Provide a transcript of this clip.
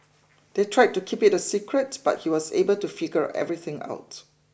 they tried to keep it a secret but he was able to figure everything out